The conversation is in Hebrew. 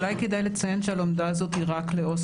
אולי כדאי לציין שהלומדה הזאת היא רק לעו"ס